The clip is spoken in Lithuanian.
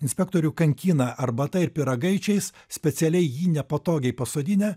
inspektorių kankina arbata ir pyragaičiais specialiai jį nepatogiai pasodinę